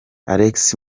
alex